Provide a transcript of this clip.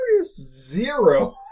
Zero